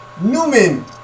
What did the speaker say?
Newman